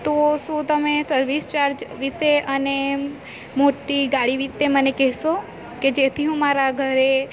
તો શું તમે સર્વિસ ચાર્જ વિશે અને મોટી ગાડી વિશે મને કહેશો કે જેથી હું મારા ઘરે